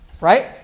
Right